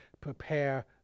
prepare